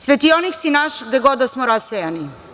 Svetionik si naš gde god da smo rasejani.